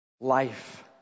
life